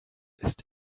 ist